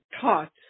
taught